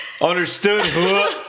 Understood